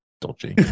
dodgy